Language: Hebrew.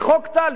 בחוק טל,